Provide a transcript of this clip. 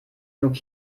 genug